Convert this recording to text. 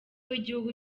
w’igihugu